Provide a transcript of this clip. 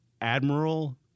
Admiral